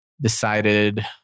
decided